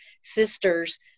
sisters